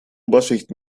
oberschicht